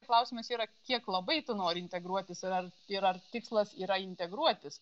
klausimas yra kiek labai tu nori integruotis ir ar yra ar tikslas yra integruotis